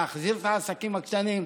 להחזיר את העסקים הקטנים.